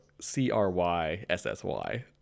c-r-y-s-s-y